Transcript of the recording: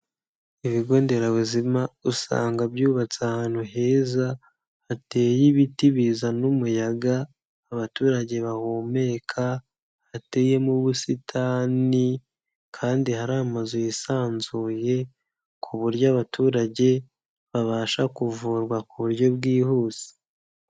Ibigo nderabuzima usanga byubatse ahantu heza, hateye ibiti bizana umuyaga abaturage bahumeka, hateyemo ubusitani kandi hari amazu yisanzuye, ku buryo abaturage babasha kuvurwa ku buryo bwihuse.